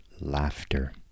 laughter